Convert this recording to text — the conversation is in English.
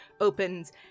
opens